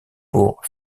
pour